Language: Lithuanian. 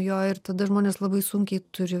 jo ir tada žmonės labai sunkiai turi